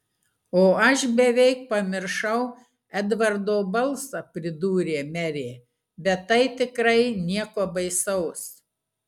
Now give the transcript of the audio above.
o aš beveik pamiršau edvardo balsą pridūrė merė bet tai tikrai nieko baisaus